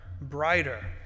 brighter